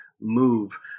move